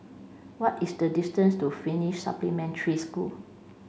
what is the distance to Finnish Supplementary School